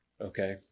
Okay